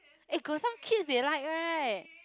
eh got some kids they like right